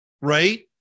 right